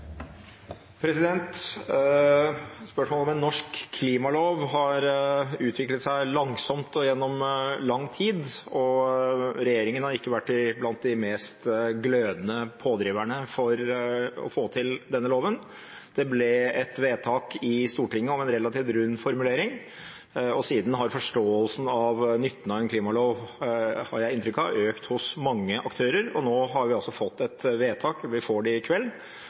Spørsmålet om en norsk klimalov har utviklet seg langsomt og gjennom lang tid. Regjeringen har ikke vært blant de mest glødende pådriverne for å få til denne loven. Det ble et vedtak i Stortinget om en relativt rund formulering. Siden har forståelsen for nytten av en klimalov – har jeg inntrykk av – økt hos mange aktører. Nå får vi altså et vedtak